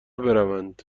بروند